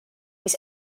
mis